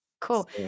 Cool